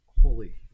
holy